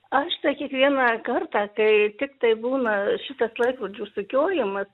aš tai kiekvieną kartą kai tik tai būna šitas laikrodžių sukiojimas